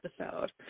episode